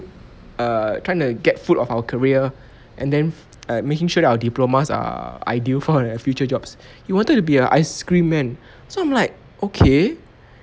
err trying to get foot of our career and then uh making sure our diplomas are ideal for a future jobs you wanted to be a ice cream man so I'm like okay